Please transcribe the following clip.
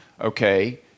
okay